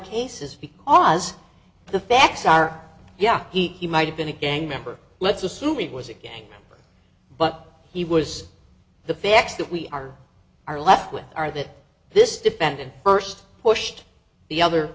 cases because the facts are yeah he might have been a gang member let's assume it was a gang but he was the facts that we are are left with are that this defendant first pushed the other